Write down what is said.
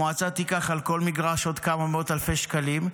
המועצה תיקח על כל מגרש עוד כמה מאות אלפי שקלים,